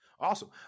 Awesome